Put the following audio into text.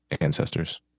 ancestors